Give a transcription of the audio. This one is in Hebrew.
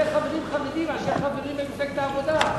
חברים חרדים מאשר חברים ממפלגת העבודה.